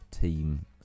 team